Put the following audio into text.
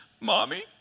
Mommy